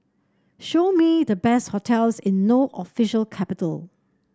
show me the best hotels in No official capital